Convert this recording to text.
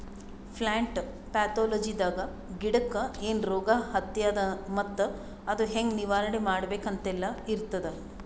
plant ಪ್ಯಾಥೊಲಜಿದಾಗ ಗಿಡಕ್ಕ್ ಏನ್ ರೋಗ್ ಹತ್ಯಾದ ಮತ್ತ್ ಅದು ಹೆಂಗ್ ನಿವಾರಣೆ ಮಾಡ್ಬೇಕ್ ಅಂತೆಲ್ಲಾ ಇರ್ತದ್